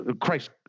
Christ